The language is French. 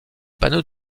panneaux